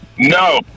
No